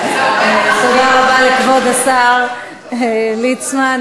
תודה רבה לכבוד השר ליצמן.